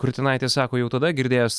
kurtinaitis sako jau tada girdėjęs